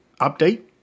update